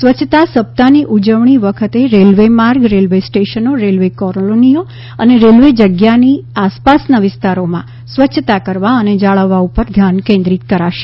સ્વચ્છતા સપ્તાહની ઉજવણી વખતે રેલવે માર્ગ રેલવે સ્ટેશનો રેલવે કોરોનીઓ અને રેલવે જગ્યાની આસપાસના વિસ્તારોમાં સ્વચ્છતા કરવા અને જાળવવા ઉપર ધ્યાન કેન્દ્રીત કરાશે